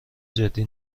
جدی